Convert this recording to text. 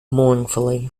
mournfully